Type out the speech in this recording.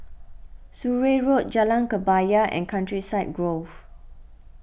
Surrey Road Jalan Kebaya and Countryside Grove